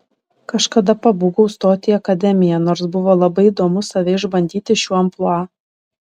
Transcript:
kažkada pabūgau stoti į akademiją nors buvo labai įdomu save išbandyti šiuo amplua